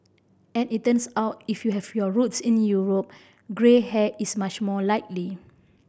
and it turns out if you have your roots in Europe grey hair is much more likely